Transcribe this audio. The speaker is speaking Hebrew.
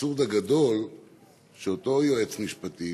האבסורד הגדול הוא שאותו יועץ משפטי,